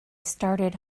started